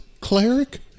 cleric